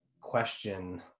question